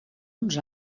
uns